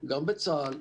גם בצה"ל,